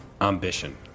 ambition